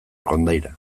kondaira